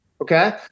Okay